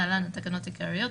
להלן התקנות העיקריות.